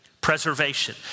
preservation